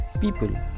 people